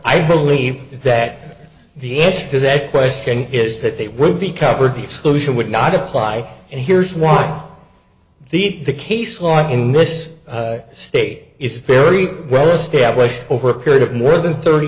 i believe that the answer to that question is that they would be covered the exclusion would not apply and here's why the case law in this state is very well established over a period of more than thirty